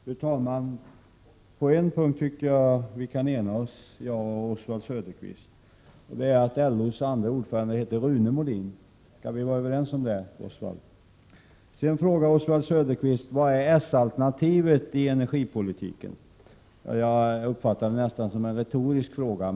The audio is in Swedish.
Fru talman! På en punkt tycker jag att Oswald Söderqvist och jag kan ena oss: LO:s andre ordförande heter Rune Molin. Oswald Söderqvist frågade: Vilket är det socialdemokratiska alternativet i energipolitiken? Jag uppfattade hans fråga nästan som en retorisk sådan.